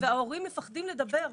וההורים מפחדים לדבר.